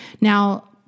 Now